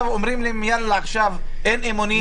אומרים להם עכשיו שאין אמונים.